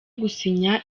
gusinya